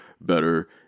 better